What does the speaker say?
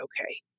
okay